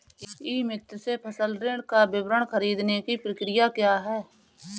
ई मित्र से फसल ऋण का विवरण ख़रीदने की प्रक्रिया क्या है?